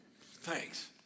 Thanks